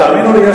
תאמינו לי,